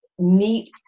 neat